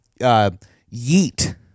yeet